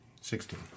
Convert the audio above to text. Sixteen